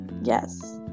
Yes